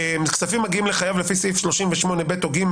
"כספים המגיעים לחייב לפי סעיף 38(ב) או (ג)